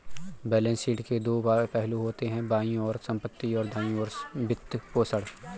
balance sheet के दो पहलू होते हैं, बाईं ओर संपत्ति, और दाईं ओर वित्तपोषण